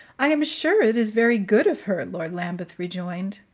i am sure it is very good of her! lord lambeth rejoined.